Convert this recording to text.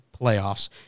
playoffs